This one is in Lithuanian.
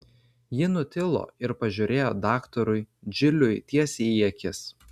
ji nutilo ir pažiūrėjo daktarui džiliui tiesiai į akis